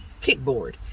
kickboard